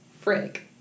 frick